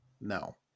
no